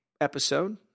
episode